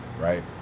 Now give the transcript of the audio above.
right